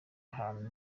ahantu